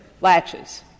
latches